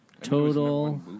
Total